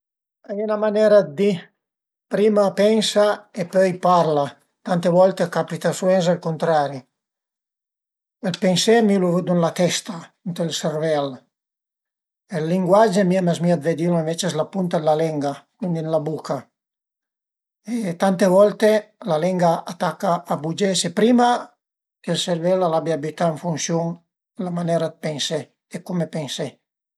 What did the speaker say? A ie 'na manera dë di: prima pensa e pöi parla, tante volte a capita suvens ël cuntrari. Ël pensé mi lu vëdu ën la testa, ënt ël servel e ël linguage a mi a m'zmìa vëdilu ënvece s'la punta d'la lenga, cuindi ën la buca e tante volte la lenga a taca a bugiese prima che ël servel al abia bütà ën funsiun la manera d'pensé e cume pensé